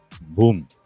Boom